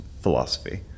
philosophy